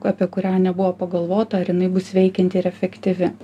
apie kurią nebuvo pagalvota ar jinai bus veikianti ir efektyvi